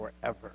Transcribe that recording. forever